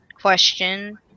Question